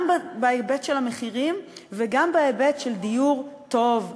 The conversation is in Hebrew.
גם בהיבט של המחירים וגם בהיבט של דיור טוב,